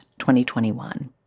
2021